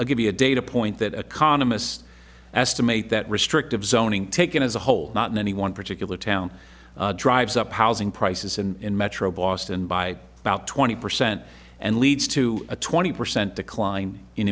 a give me a data point that a condom is estimate that restrictive zoning taken as a whole not in any one particular town drives up housing prices in metro boston by about twenty percent and leads to a twenty percent decline in